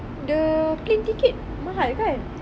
the plane ticket mahal kan